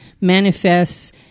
manifests